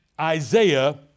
Isaiah